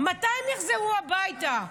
מתי הם יחזרו הביתה?